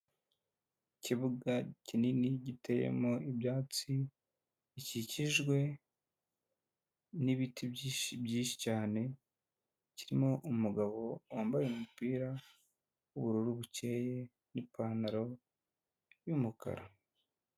Ikibuga kinini giteyemo ibyatsi bikikijwe n'ibiti byinshi cyane, kirimo umugabo wambaye umupira w'ubururu bukeye n'ipantaro y'umukara.